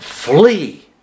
Flee